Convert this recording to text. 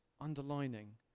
underlining